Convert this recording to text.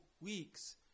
weeks